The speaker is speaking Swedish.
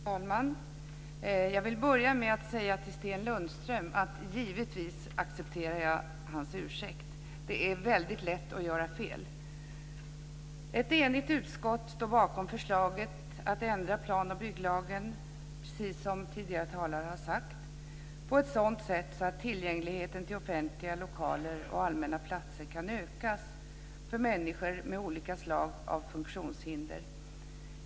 Fru talman! Jag vill börja med att säga till Sten Lundström att jag givetvis accepterar hans ursäkt. Det är lätt att göra fel. Ett enigt utskott står bakom förslaget att ändra plan och bygglagen, precis som tidigare talare har sagt, på ett sådant sätt att tillgängligheten till offentliga lokaler och allmänna platser kan ökas för människor med olika slag av funktionshinder.